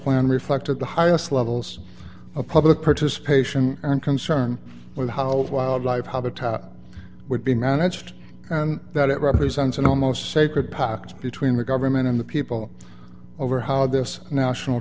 plan reflected the highest levels of public participation and concern with how wildlife habitat would be managed and that it represents an almost sacred pact between the government and the people over how this national